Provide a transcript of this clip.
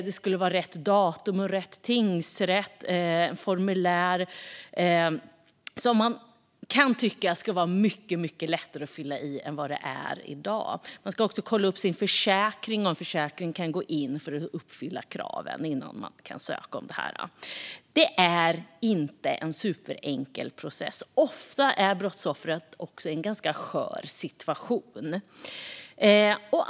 Det skulle vara rätt datum och rätt tingsrätt - formulär som man kan tycka ska vara mycket lättare att fylla i än i dag. Man ska också kolla upp sin försäkring - om den kan gå in och uppfylla kraven - innan man kan ansöka om detta. Det är inte en superenkel process. Ofta är brottsoffret också i en ganska skör situation.